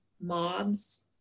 mobs